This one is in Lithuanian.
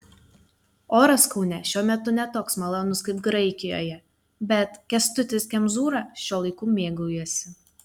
oras kaune šiuo metu ne toks malonus kaip graikijoje bet kęstutis kemzūra šiuo laiku mėgaujasi